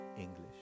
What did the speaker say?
English